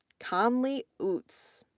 conley utz,